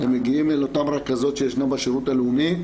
הם מגיעות אל אותן רכזות שישנן בשירות הלאומי,